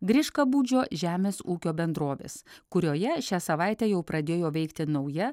griškabūdžio žemės ūkio bendrovės kurioje šią savaitę jau pradėjo veikti nauja